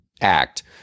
act